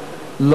לא,